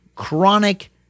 chronic